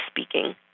speaking